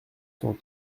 cent